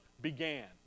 began